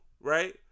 right